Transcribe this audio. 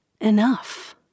enough